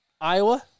Iowa